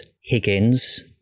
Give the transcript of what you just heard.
Higgins